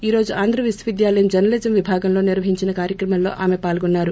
ఈ రోజు ఆంధ్ర విశ్వవిద్యాలయం జర్చ లిజం విభాగంలో నిర్వహించిన కార్యక్రమంలో ఆమె పాల్గొన్నారు